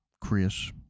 Chris